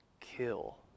kill